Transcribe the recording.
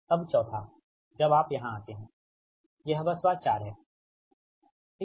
अब चौथा जब आप यहाँ आते हैं यह बस बार 4 है ठीक